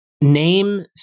Name